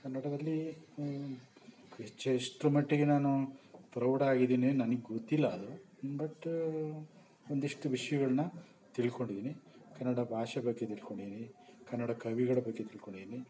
ಕನ್ನಡದಲ್ಲಿ ಹೆಚ್ಚು ಎಷ್ಟರ ಮಟ್ಟಿಗೆ ನಾನು ಪ್ರೌಡಾಗಿದಿನಿ ನನಗ್ ಗೊತ್ತಿಲ್ಲ ಅದು ಬಟ್ ಒಂದಿಷ್ಟು ವಿಷಯಗಳ್ನ ತಿಳ್ಕೊಂಡಿದ್ದಿನಿ ಕನ್ನಡ ಭಾಷೆ ಬಗ್ಗೆ ತಿಳ್ಕೊಂಡಿದ್ದಿನಿ ಕನ್ನಡ ಕವಿಗಳ ಬಗ್ಗೆ ತಿಳ್ಕೊಂಡಿದ್ದಿನಿ